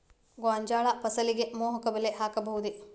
ಗೋಂಜಾಳ ಫಸಲಿಗೆ ಮೋಹಕ ಬಲೆ ಹಾಕಬಹುದೇ?